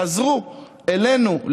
חזרו אלינו,